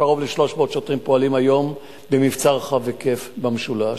קרוב ל-300 שוטרים פועלים היום במבצע רחב היקף במשולש.